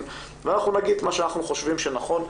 ואנחנו נגיד את מה שאנחנו חושבים שנכון,